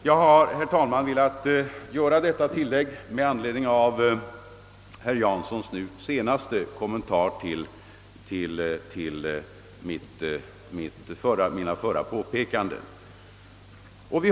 Jag har velat göra detta tillägg med anledning av herr Janssons senaste kommentar till mina förra påpekanden.